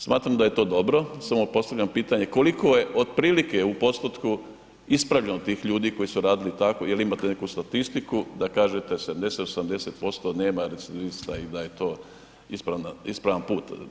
Smatram da je to dobro, samo postavljam pitanje koliko je otprilike u postotku ispravljeno tih ljudi koji su radili tako jel imate neku statistiku da kažete 70, 80% nema recidivista i da je to ispravan put?